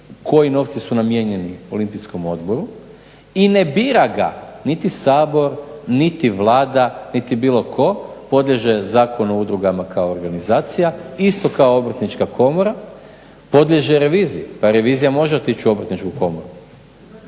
koji su novci namijenjeni Olimpijskom odboru i ne bira ga niti Sabor, niti Vlada, niti bilo tko, podliježe Zakonu o udrugama kao organizacija, isto kao Obrtnička komora. Podliježe reviziji. Pa revizija može otići u Obrtničku komoru.